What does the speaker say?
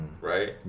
Right